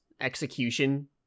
execution